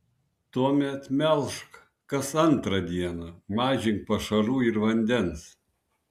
tuomet melžk kas antrą dieną mažink pašarų ir vandens